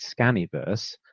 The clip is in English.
Scanniverse